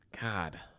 God